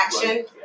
action